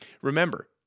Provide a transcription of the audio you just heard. Remember